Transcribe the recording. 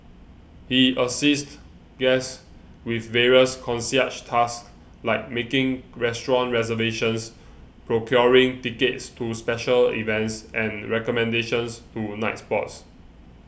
he assists guests with various concierge tasks like making restaurant reservations procuring tickets to special events and recommendations to nightspots